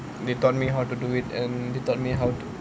they taught me how to do it and they taught me how to